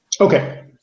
Okay